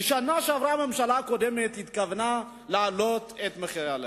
בשנה שעברה הממשלה הקודמת התכוונה להעלות את מחיר הלחם.